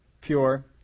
pure